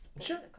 Sure